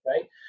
right